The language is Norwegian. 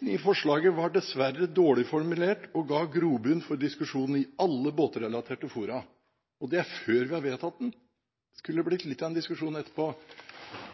i forslaget var dessverre dårlig formulert og ga grobunn for diskusjoner i alle båtrelaterte fora.» Og det er før vi har vedtatt den. Det skulle blitt litt av en diskusjon etterpå.